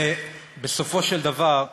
בסופו של דבר,